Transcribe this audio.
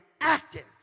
active